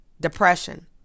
depression